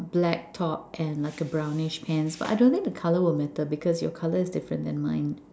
black top and like a brownish pants but I don't think the color will matter because your color is different than mine